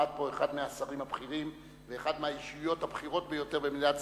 עמד פה אחד מהשרים הבכירים ואחת מהאישיויות הבכירות ביותר במדינת ישראל,